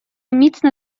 міцно